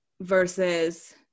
versus